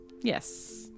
yes